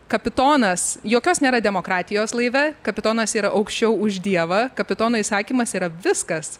kapitonas jokios nėra demokratijos laive kapitonas yra aukščiau už dievą kapitono įsakymas yra viskas